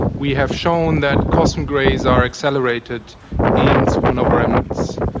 we have shown that cosmic rays are accelerated in supernova remnants.